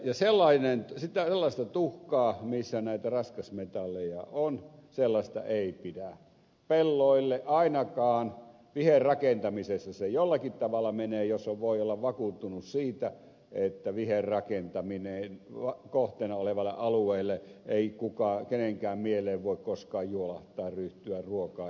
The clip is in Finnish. ja sellaista tuhkaa missä näitä raskasmetalleja on ei pidä pelloille ainakaan levittää viherrakentamisessa se jollakin tavalla menee jos voi olla vakuuttunut siitä että viherrakentamisen kohteena olevalla alueella ei kenenkään mieleen voi koskaan juolahtaa ryhtyä ruokaa ihmisille tuottamaan